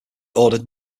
ordered